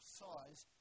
size